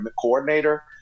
coordinator –